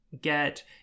get